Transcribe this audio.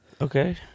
okay